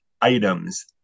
items